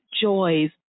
joys